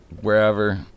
wherever